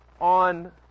on